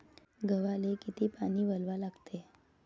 गव्हाले किती पानी वलवा लागते?